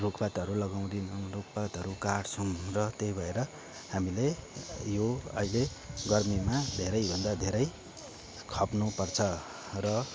रुखपातहरू लगाउँदैनौँ रुखपातहरू काट्छौँ र त्यही भएर हामीले यो अहिले गर्मीमा धेरैभन्दा धेरै खप्नुपर्छ र